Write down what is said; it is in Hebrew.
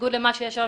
בניגוד למה שיש היום,